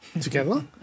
together